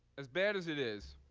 as bad as it is,